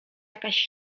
jakaś